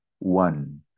one